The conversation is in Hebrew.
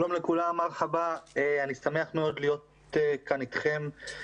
שלום לכולם, מרחבא, אני שמח מאוד להיות כאן אתכם,